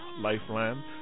Lifeline